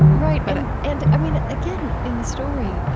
right. but and and, i mean, again, in the story,